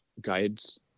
guides